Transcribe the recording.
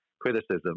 criticism